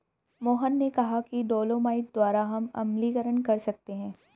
मोहन ने कहा कि डोलोमाइट द्वारा हम अम्लीकरण कर सकते हैं